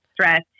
stress